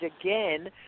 again